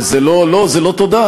וזה לא, לא, זה לא תודה.